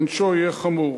עונשו יהיה חמור.